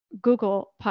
Google